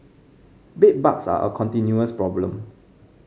bedbugs are a continuous problem